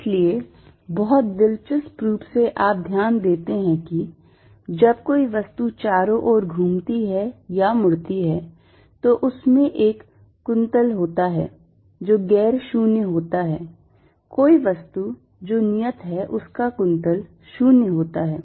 इसलिए बहुत दिलचस्प रूप से आप ध्यान देते हैं कि जब कोई वस्तु चारों ओर घूमती है या मुड़ती है तो उसमें एक कुंतल होता है जो गैर शून्य होता है कोई वस्तु जो नियत है उसका कुंतल शून्य होता है